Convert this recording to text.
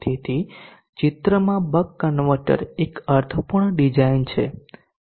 તેથી આ ચિત્રમાં બક કન્વર્ટર એક અર્થપૂર્ણ ડિઝાઇન છે